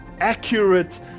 accurate